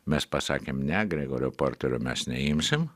mes pasakėm ne gregorio porterio mes neimsim